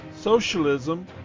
socialism